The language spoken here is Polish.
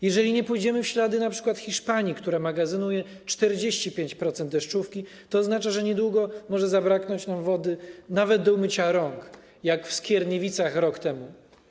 Jeżeli nie pójdziemy w ślady np. Hiszpanii, która magazynuje 45% deszczówki, to niedługo może zabraknąć nam wody nawet do umycia rąk, podobnie jak w Skierniewicach rok temu.